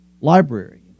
library